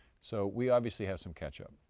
so we obviously have some catch up.